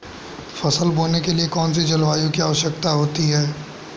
फसल बोने के लिए कौन सी जलवायु की आवश्यकता होती है?